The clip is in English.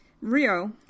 Rio